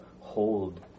hold